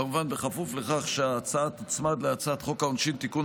כמובן בכפוף לכך שההצעה תוצמד להצעת חוק העונשין (תיקון,